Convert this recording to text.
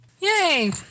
Yay